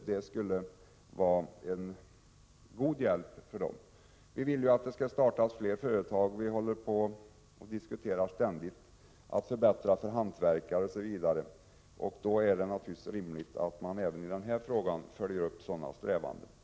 Det skulle vara en god hjälp för dem. Vi vill ju att det skall startas fler företag. Vi diskuterar ständigt möjligheterna att förbättra villkoren för bl.a. hantverkare. Då är det naturligtvis rimligt att dessa strävanden följs upp även i den här frågan.